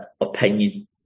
opinion